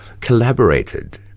collaborated